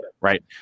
Right